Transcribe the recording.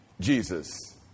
Jesus